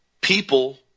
people